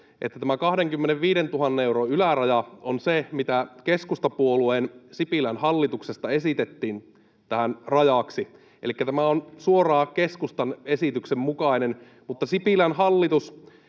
että tämä 25 000 euron yläraja on se, mitä keskustapuolueen Sipilän hallituksesta esitettiin tähän rajaksi, elikkä tämä on suoraan keskustan esityksen mukainen, mutta Sipilän hallitus